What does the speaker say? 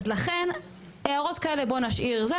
אז לכן הערות כאלה בוא נשאיר זה,